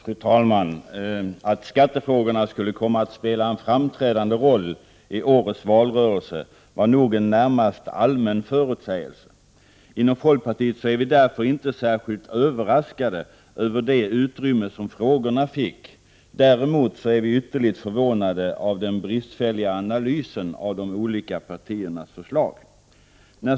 Fru talman! Att skattefrågorna skulle komma att spela en framträdande roll i årets valrörelse var nog en närmast allmän förutsägelse. Vi i folkpartiet är därför inte särskilt överraskade över det utrymme som skattefrågorna fick. Däremot är vi ytterligt förvånade över den bristfälliga analysen av de olika partiernas förslag.